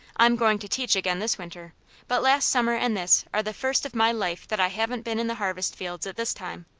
i'm going to teach again this winter but last summer and this are the first of my life that i haven't been in the harvest fields, at this time.